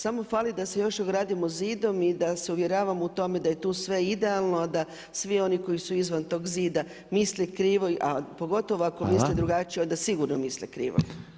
Samo fali da se još ogradimo zidom i da se uvjeravamo u to da je tu sve idealno a da svi oni koji su izvan tog zida misle krivo a pogotovo ako misle drugačije onda sigurno misle krivo.